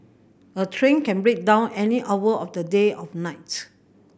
a train can break down any hour of the day of nights